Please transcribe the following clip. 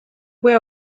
were